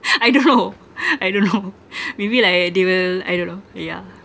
I don't know I don't know maybe like they will I don't know yeah